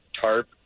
tarp